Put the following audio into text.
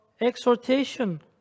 exhortation